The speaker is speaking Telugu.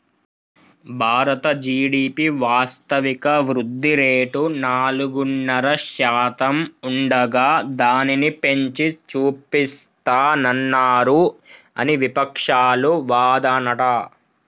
భారత జి.డి.పి వాస్తవిక వృద్ధిరేటు నాలుగున్నర శాతం ఉండగా దానిని పెంచి చూపిస్తానన్నారు అని వివక్షాలు వాదనట